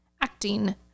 acting